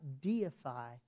deify